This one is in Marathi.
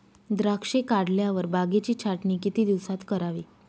द्राक्षे काढल्यावर बागेची छाटणी किती दिवसात करावी?